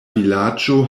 vilaĝo